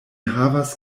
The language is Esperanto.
havas